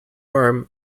arm